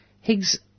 Higgs